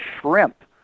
shrimp